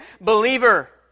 believer